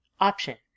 Option